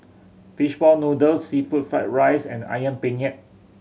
fish ball noodles seafood fried rice and Ayam Penyet